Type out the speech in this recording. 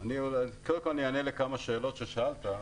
קודם כול, אני אענה לכמה שאלות ששאלת.